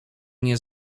nie